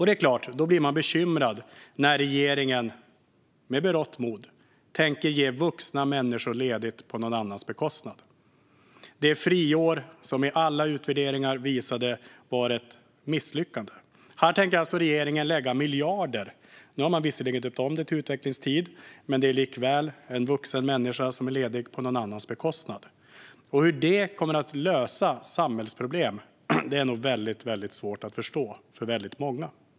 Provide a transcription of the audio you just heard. Det är klart att man då blir bekymrad när regeringen med berått mod tänker ge vuxna människor ledigt på någon annans bekostnad. Regeringen tänker alltså lägga miljarder på det friår som i alla utvärderingar visade sig vara ett misslyckande. Man har visserligen döpt om det till utvecklingstid, men det är likväl en vuxen människa som är ledig på någon annans bekostnad. Hur det kommer att lösa samhällsproblem är nog väldigt svårt att förstå för väldigt många.